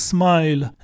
Smile